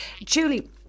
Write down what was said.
Julie